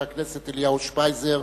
לחבר הכנסת אליהו שפייזר,